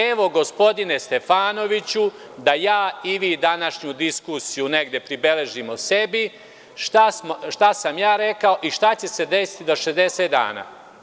Evo, gospodine Stefanoviću da ja i vi današnju diskusiju negde pribeležimo sebi, šta sam ja rekao i šta će se desiti za 60 dana.